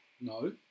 No